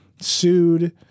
sued